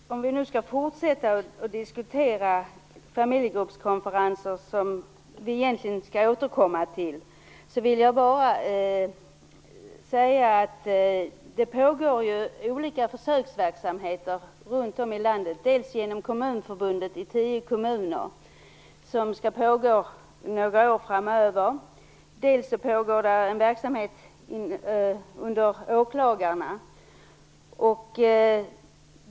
Herr talman! Om vi nu skall fortsätta att diskutera frågan om familjegruppskonferenser, som vi egentligen skall återkomma till, vill jag bara säga att det pågår olika försöksverksamheter runt om i landet. Dels pågår sådan verksamhet genom Kommunförbundet i tio kommuner, och denna skall pågå några år framöver, dels pågår en verksamhet under åklagarna.